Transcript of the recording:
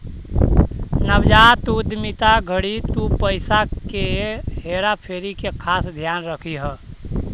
नवजात उद्यमिता घड़ी तु पईसा के हेरा फेरी के खास ध्यान रखीह